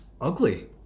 ugly